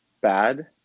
bad